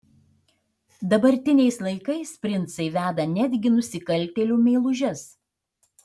dabartiniais laikais princai veda netgi nusikaltėlių meilužes